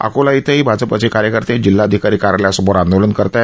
अकोला इथंही भाजपचे कार्यकर्ते जिल्हाधिकारी कार्यालयासमोर आंदोलन करत आहेत